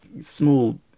small